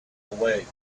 awake